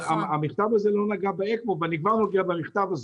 המכתב הזה לא נגע באקמו ואני כבר נוגע במכתב הזה.